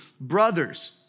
Brothers